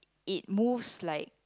it moves like